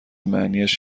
معنیاش